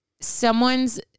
someone's